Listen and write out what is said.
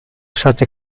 state